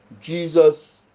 Jesus